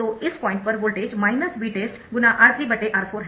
तो इस पॉइंट पर वोल्टेज Vtest R3R4 है